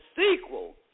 sequel